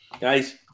guys